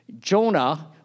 Jonah